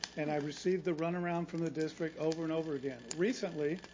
and i received the run around from the district over and over again. recently,